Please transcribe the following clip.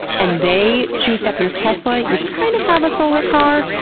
and they juice up your tesla, you kind of have a solar car,